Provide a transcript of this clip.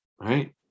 right